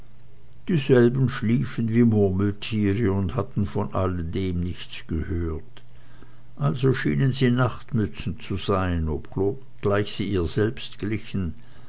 dieselben schliefen wie murmeltiere und hatten von allem nichts gehört also schienen sie nachtmützen zu sein obschon sie ihr selbst glichen